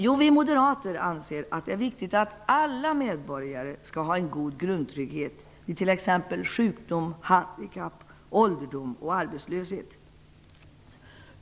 Ja, vi moderater anser att det är viktigt att alla medborgare skall ha en god grundtrygghet t.ex. vid sjukdom, handikapp, ålderdom och arbetslöshet.